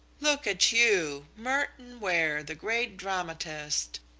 look at you merton ware, the great dramatist,